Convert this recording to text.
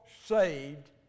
saved